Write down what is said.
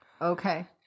Okay